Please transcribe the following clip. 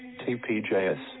TPJS